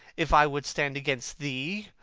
if i would stand against thee,